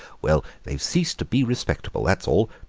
well, they've ceased to be respectable, that's all.